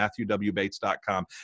MatthewWBates.com